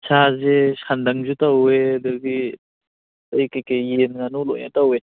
ꯁꯥꯁꯦ ꯁꯟꯗꯪꯁꯨ ꯇꯧꯋꯦ ꯑꯗꯨꯒꯤ ꯀꯔꯤ ꯀꯔꯤ ꯌꯦꯟ ꯉꯥꯅꯨ ꯂꯣꯏꯅ ꯇꯧꯋꯦ